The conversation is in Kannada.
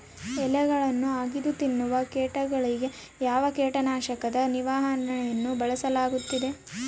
ಎಲೆಗಳನ್ನು ಅಗಿದು ತಿನ್ನುವ ಕೇಟಗಳಿಗೆ ಯಾವ ಕೇಟನಾಶಕದ ನಿರ್ವಹಣೆಯನ್ನು ಬಳಸಲಾಗುತ್ತದೆ?